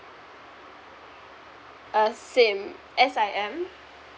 uh sim S I M